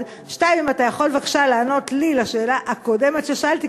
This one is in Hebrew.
1. 2. אם אתה יכול בבקשה לענות לי לשאלה הקודמת ששאלתי,